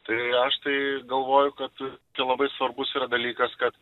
tai aš tai galvoju kad tai labai svarbus yra dalykas kad